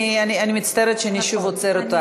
אני מצטערת שאני שוב עוצרת אותך.